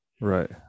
right